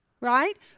right